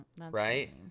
right